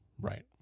Right